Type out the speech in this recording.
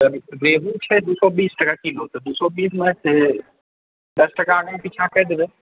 तऽ रेहु छै दू सए बीस टका किलो तऽ दू सए बीसमे से दश टका आगाँ पीछाँ कैरि देबै